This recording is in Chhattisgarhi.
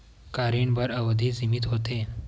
का ऋण बर अवधि सीमित होथे?